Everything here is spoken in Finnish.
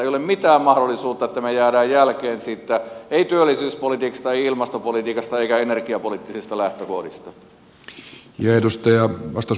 ei ole mitään mahdollisuutta että me jäämme jälkeen ei työllisyyspolitiikasta ei ilmastopolitiikasta eikä energiapoliittisista lähtökohdista